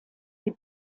die